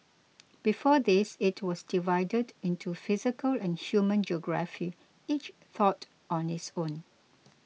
before this it was divided into physical and human geography each taught on its own